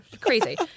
crazy